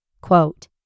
quote